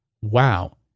Wow